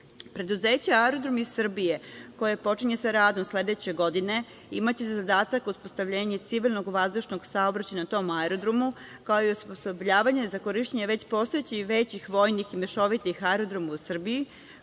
svrhe. Preduzeće aerodromi Srbije koje počinje sa radom sledeće godine imaće za zadatak od postavljenja civilnog vazdušnog saobraćaja na tom aerodromu, kao i osposobljavanje za korišćenje već postojećih većih vojnih i mešovitih aerodroma u Srbiji,